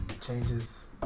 Changes